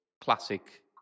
classic